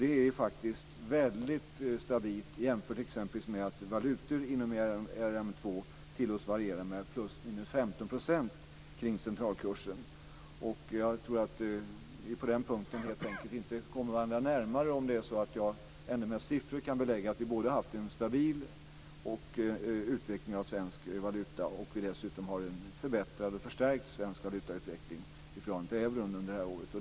Det är faktiskt väldigt stabilt. Jämför t.ex. med att valutor inom ERM2 tillåts variera med plus minus 15 % Jag tror att vi helt enkelt inte kommer varandra närmare på den punkten, om jag inte ens med siffror kan belägga för Lars Tobisson att vi både har haft en stabil utveckling av svensk valuta och en förbättrad och förstärkt svensk valutautveckling i förhållande till euron under det här året.